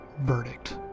verdict